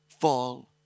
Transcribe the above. fall